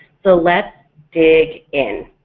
so let's dig in!